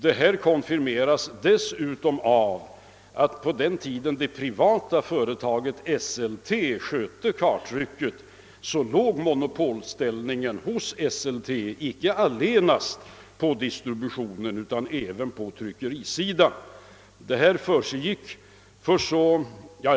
Detta konfirmeras av att på den tiden när det privata Esselte skötte karttrycket, låg monopolställningen hos Esselte icke allenast på tryckerisidan utan även på distributionen.